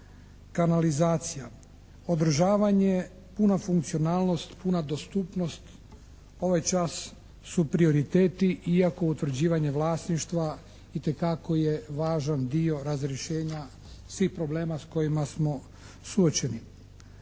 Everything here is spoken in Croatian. kanalizacija. Održavanje, puna funkcionalnost, puna dostupnost ovaj čas su prioriteti iako utvrđivanje vlasništva itekako je važan dio razrješenja svih problema s kojima smo suočeni.